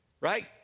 right